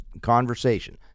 conversation